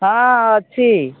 ହଁ ଅଛି